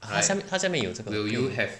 它下它下面有这个